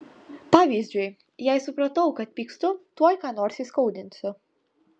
pavyzdžiui jei supratau kad pykstu tuoj ką nors įskaudinsiu